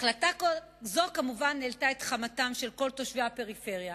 החלטה זו כמובן העלתה את חמתם של כל תושבי הפריפריה,